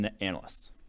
analysts